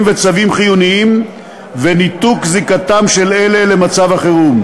וצווים חיוניים וניתוק זיקתם למצב החירום.